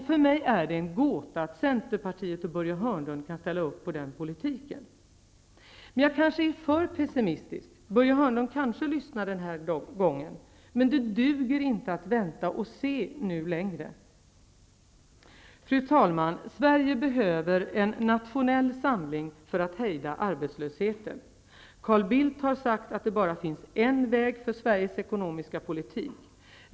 För mig är det en gåta att Centerpartiet och Börje Hörnlund kan ställa upp på den politiken. Jag kanske är för pessimistisk. Börje Hörnlund kanske lyssnar den här gången. Men det duger inte att vänta och se nu längre. Fru talman! Serige behöver en nationell samling för att hejda arbetslösheten. Carl Bildt har sagt att det bara finns en väg för Sveriges ekonomiska politik.